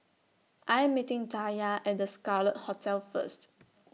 I Am meeting Taya At The Scarlet Hotel First